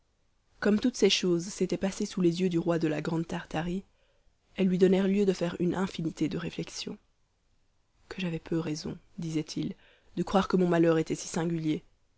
comme toutes ces choses s'étaient passées sous les yeux du roi de la grande tartarie elles lui donnèrent lieu de faire une infinité de réflexions que j'avais peu raison disait-il de croire que mon malheur était si singulier